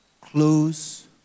close